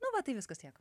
nu va tai viskas tiek